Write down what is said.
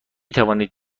توانید